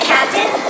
Captain